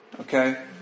Okay